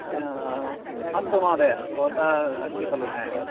अस्तु महोदय भवता अस्ति खलु नव